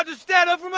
and stand up